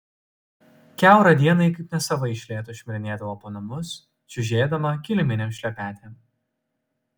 kiaurą dieną ji kaip nesava iš lėto šmirinėdavo po namus čiužėdama kiliminėm šlepetėm